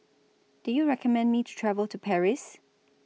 Do YOU recommend Me to travel to Paris